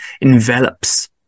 envelops